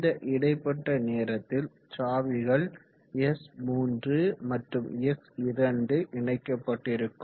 இந்த இடைப்பட்ட நேரத்தில் சாவிகள் S3 மற்றும் S2 இணைக்கப்பட்டிருக்கும்